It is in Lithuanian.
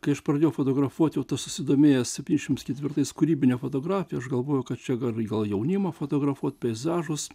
kai aš pradėjau fotografuot o jau tas susidomėjęs septyniasdems ketvirtais kūrybinę fotografiją aš galvoju kad čia gal reikia jaunimą fotografuot peizažus